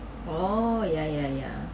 oh ya ya ya